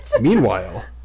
Meanwhile